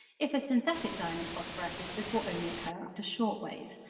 if a synthetic diamond phosphorous is this will only occur after shortwave.